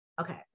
Okay